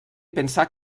pensar